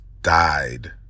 Died